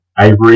Avery